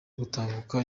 gutahuka